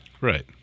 Right